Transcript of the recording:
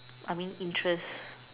I mean interest